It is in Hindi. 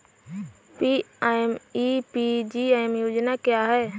पी.एम.ई.पी.जी योजना क्या है?